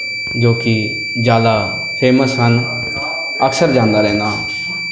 ਜੋ ਕਿ ਜ਼ਿਆਦਾ ਫੇਮਸ ਹਨ ਅਕਸਰ ਜਾਂਦਾ ਰਹਿੰਦਾ ਹਾਂ